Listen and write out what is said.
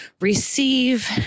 receive